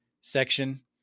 section